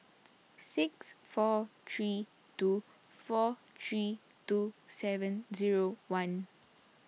six four three two four three two seven zero one